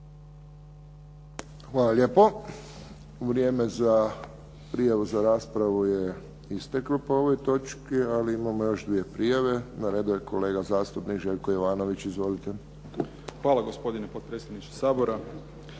Hvala lijepo. Vrijeme za prijavu za raspravu je isteklo po ovoj točki, ali imamo još dvije prijave. Na redu je kolega zastupnik Željko Jovanović. Izvolite. **Jovanović, Željko